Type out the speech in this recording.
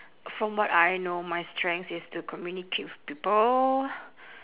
from what I know my strengths is to communicate with people